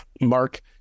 Mark